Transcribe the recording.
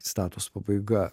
citatos pabaiga